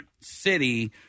city